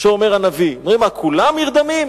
שאומר הנביא: "כולה עיר דמים?"